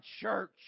church